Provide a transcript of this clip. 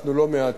אנחנו לא מעטים.